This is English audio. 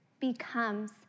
becomes